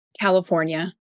California